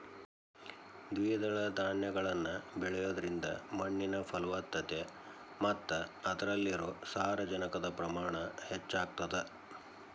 ದ್ವಿದಳ ಧಾನ್ಯಗಳನ್ನ ಬೆಳಿಯೋದ್ರಿಂದ ಮಣ್ಣಿನ ಫಲವತ್ತತೆ ಮತ್ತ ಅದ್ರಲ್ಲಿರೋ ಸಾರಜನಕದ ಪ್ರಮಾಣ ಹೆಚ್ಚಾಗತದ